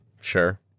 Sure